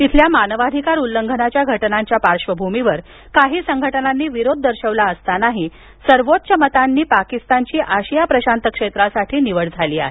तिथल्या मानवाधिकार उल्लंघनाच्या घटनांच्या पार्श्वभूमीवर काही संघटनांनी विरोध दर्शवला असतानाही सर्वोच्च मतांनी पाकिस्तानची आशिया प्रशांत क्षेत्रासाठी निवड झाली आहे